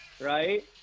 right